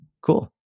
Cool